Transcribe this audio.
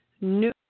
new